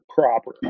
proper